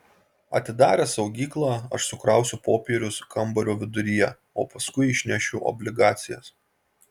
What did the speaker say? atidaręs saugyklą aš sukrausiu popierius kambario viduryje o paskui išnešiu obligacijas